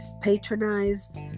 patronized